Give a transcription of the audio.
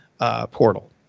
portal